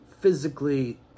physically